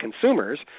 consumers